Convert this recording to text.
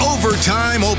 Overtime